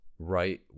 Right